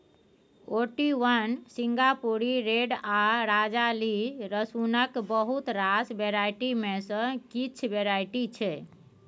Ooty one, सिंगापुरी red आ राजाली रसुनक बहुत रास वेराइटी मे सँ किछ वेराइटी छै